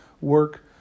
work